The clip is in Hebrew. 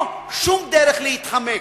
אין פה שום דרך להתחמק.